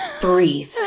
breathe